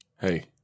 Hey